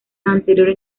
anteriores